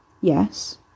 Yes